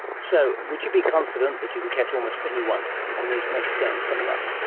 so would you be confident that you can catch almost anyone in these next games coming up?